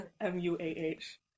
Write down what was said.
M-U-A-H